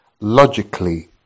logically